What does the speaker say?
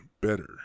better